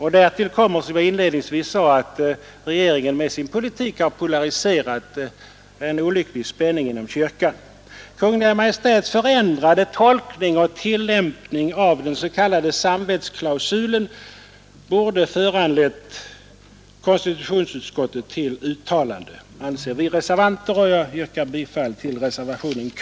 Härtill kommer, som jag inledningsvis sade, att regeringen med sin utnämningspolitik har polariserat en olycklig spänning inom kyrkan. Kungl. Maj:ts ändrade tolkning och tillämpning av den s.k. samvetsklausulen borde ha föranlett konstitutionsutskottet att göra ett uttalande, anser vi reservanter. Herr talman! Jag yrkar bifall till reservationen K.